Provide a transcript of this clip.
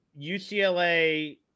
UCLA